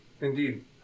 Indeed